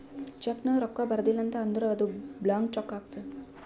check ನಾಗ್ ರೊಕ್ಕಾ ಬರ್ದಿಲ ಅಂತ್ ಅಂದುರ್ ಅದು ಬ್ಲ್ಯಾಂಕ್ ಚೆಕ್ ಆತ್ತುದ್